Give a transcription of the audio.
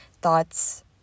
thoughts